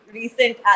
recent